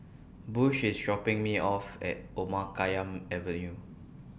Bush IS dropping Me off At Omar Khayyam Avenue